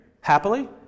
happily